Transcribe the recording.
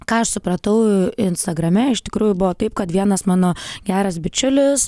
ką aš supratau instagrame iš tikrųjų buvo taip kad vienas mano geras bičiulis